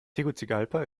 tegucigalpa